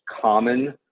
common